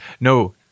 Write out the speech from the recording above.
no